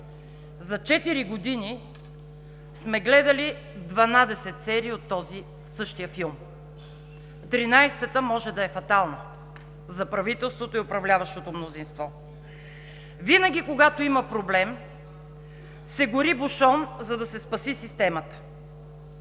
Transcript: години сме гледали дванадесет серии от този същия филм, тринадесетата може да е фатална за правителството и управляващото мнозинство. Винаги когато има проблем, се гори бушон, за да се спаси системата.